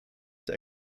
der